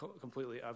completely